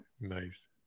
Nice